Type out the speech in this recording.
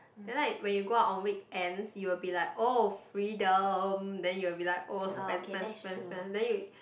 then like when you go out on weekends you will be like oh freedom then you'll be like oh spend spend spend spend then you